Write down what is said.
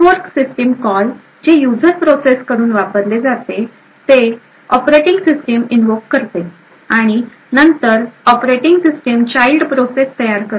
fork system call जे user process कडून वापरले जाते ते ऑपरेटिंग सिस्टिम इनव्होक करते आणि नंतर ऑपरेटिंग सिस्टिम चाइल्ड प्रोसेस तयार करते